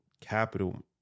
capital